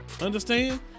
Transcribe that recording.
Understand